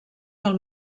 del